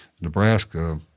Nebraska